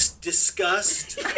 disgust